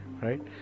right